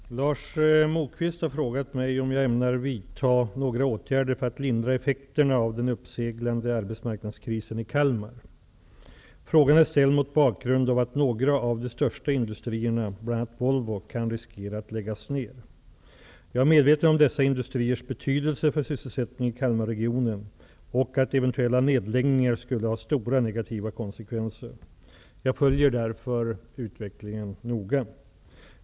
Herr talman! Lars Moquist har frågat mig om jag ämnar vidta några åtgärder för att lindra effekterna av den uppseglande arbetsmarknadskrisen i Kalmar. Frågan är ställd mot bakgrund av att några av de största industrierna, bl.a. Volvo, kan riskera att läggas ned. Jag är medveten om dessa industriers betydelse för sysselsättningen i Kalmarregionen och att eventuella nedläggningar skulle ha stora negativa konsekvenser. Jag följer därför utvecklingen noga.